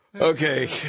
Okay